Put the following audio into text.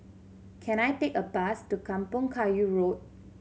can I take a bus to Kampong Kayu Road